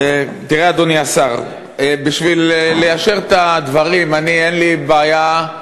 אדוני השר, בשביל ליישר את הדברים, אין לי בעיה.